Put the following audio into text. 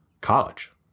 college